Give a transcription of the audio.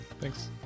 thanks